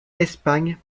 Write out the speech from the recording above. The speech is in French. espagne